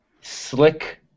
slick